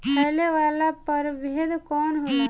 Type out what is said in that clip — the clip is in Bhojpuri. फैले वाला प्रभेद कौन होला?